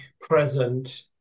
present